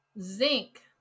Zinc